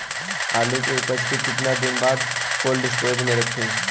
आलू के उपज के कितना दिन बाद कोल्ड स्टोरेज मे रखी?